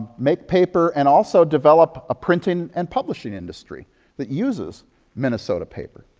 make paper and also develop a printing and publishing industry that uses minnesota paper.